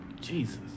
Jesus